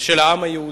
של העם היהודי.